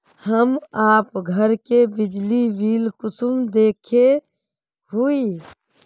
हम आप घर के बिजली बिल कुंसम देखे हुई?